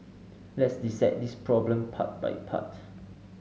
let's dissect this problem part by part